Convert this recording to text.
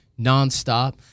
nonstop